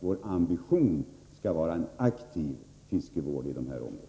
Vår ambition skall vara en aktiv fiskevård inom de här områdena.